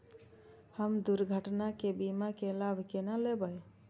हम दुर्घटना के बीमा के लाभ केना लैब?